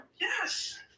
Yes